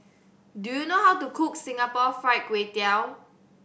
do you know how to cook Singapore Fried Kway Tiao